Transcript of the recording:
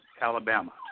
Alabama